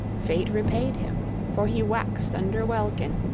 fate repaid him for he waxed under welkin,